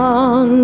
on